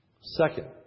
Second